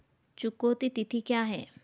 चुकौती तिथि क्या है?